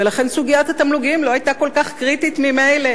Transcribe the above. ולכן סוגיית התמלוגים לא היתה כל כך קריטית ממילא.